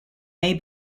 may